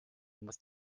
muss